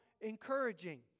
encouraging